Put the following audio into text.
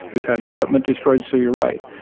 we've had equipment destroyed. so you're right.